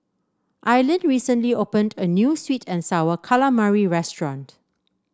Aylin recently opened a new sweet and sour calamari restaurant